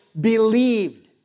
believed